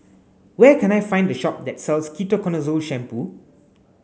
where can I find a shop that sells Ketoconazole shampoo